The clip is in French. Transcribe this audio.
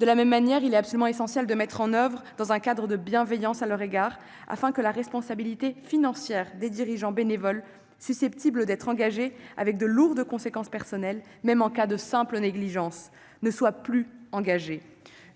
De la même manière, il est absolument essentiel de mettre en oeuvre un cadre bienveillant à leur égard, afin que la responsabilité financière des dirigeants bénévoles susceptible d'être engagée avec de lourdes conséquences personnelles, même en cas de « simple négligence », ne le soit plus.